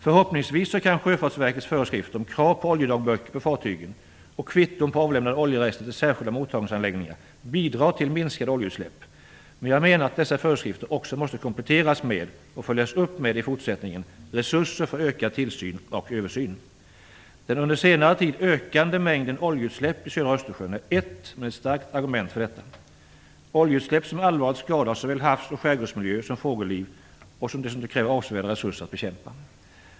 Förhoppningsvis kan Sjöfartsverket föreskrifter om krav på oljedagböcker på fartygen och kvitton på avlämnade oljerester till särskilda mottagningsanläggningar bidra till minskade oljeutsläpp. Jag menar att dessa föreskrifter också måste kompletteras med och i fortsättningen följas upp med resurser för ökad tillsyn och översyn. Den under senare tid ökande mängden oljeutsläpp i södra Östersjön är ett, men ett starkt, argument för detta. Det är oljeutsläpp som allvarligt skadar såväl havs och skärgårdsmiljö som fågelliv och som det dessutom krävs avsevärda resurser för att bekämpa.